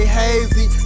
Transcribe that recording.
hazy